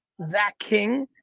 zach king,